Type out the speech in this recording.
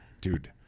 Dude